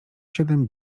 siedem